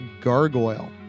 gargoyle